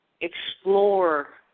explore